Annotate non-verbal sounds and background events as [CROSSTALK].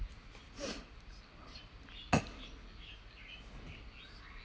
[BREATH]